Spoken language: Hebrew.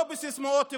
לא בסיסמאות גדולות.